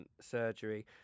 surgery